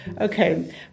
Okay